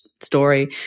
story